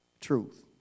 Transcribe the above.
truth